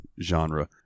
genre